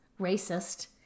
racist